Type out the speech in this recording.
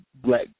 black